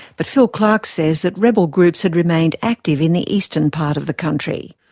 but phil clark says that rebel groups had remained active in the eastern part of the country.